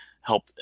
help